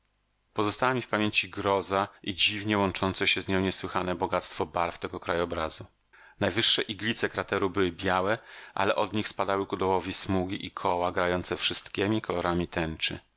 pozostała mi w pamięci groza i dziwnie łączące się z nią niesłychane bogactwo barw tego krajobrazu najwyższe iglice krateru były białe ale od nich spadały ku dołowi smugi i koła grające wszystkiemi kolorami tęczy